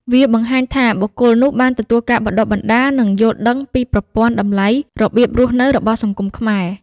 វាបង្ហាញថាបុគ្គលនោះបានទទួលការបណ្តុះបណ្តាល និងយល់ដឹងពីប្រព័ន្ធតម្លៃ របៀបរស់នៅរបស់សង្គមខ្មែរ។